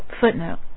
Footnote